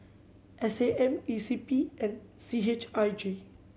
S A M E C P and C H I J